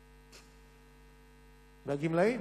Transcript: והגמלאים,